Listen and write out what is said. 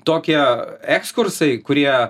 tokie ekskursai kurie